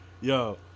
Yo